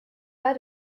pas